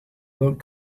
about